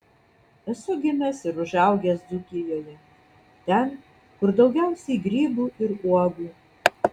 esu gimęs ir užaugęs dzūkijoje ten kur daugiausiai grybų ir uogų